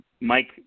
Mike